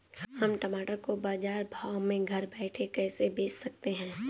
हम टमाटर को बाजार भाव में घर बैठे कैसे बेच सकते हैं?